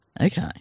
Okay